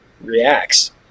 reacts